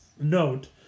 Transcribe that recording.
note